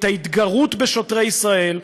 את ההתגרות בשוטרי ישראל,